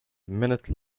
minute